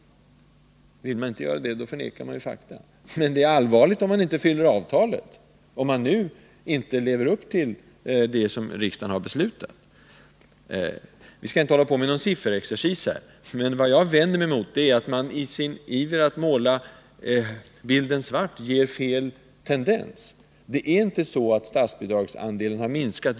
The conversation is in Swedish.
Skulle vi inte göra det förnekade vi ju faktum. Men det är allvarligt om man inte uppfyller avtalet, om man inte kommer att leva upp till det som riksdagen har beslutat. Vi skall inte hålla på med någon sifferexercis. Vad jag vänder mig mot är att man i sin iver att slå larm ger fel tendens. Statsbidragsandelen har inte minskat.